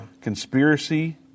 conspiracy